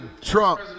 Trump